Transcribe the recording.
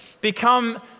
become